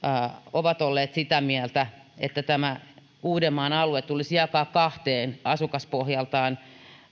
ovat olleet sitä mieltä että tämä uudenmaan alue tulisi jakaa kahteen asukaspohjaltaan